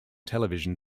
television